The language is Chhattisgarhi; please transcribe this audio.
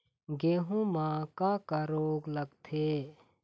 गेहूं म का का रोग लगथे?